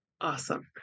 Awesome